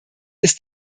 ist